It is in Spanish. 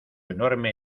enorme